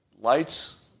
Lights